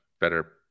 better